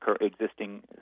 existing